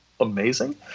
amazing